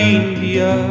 india